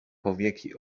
powieki